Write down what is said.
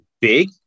big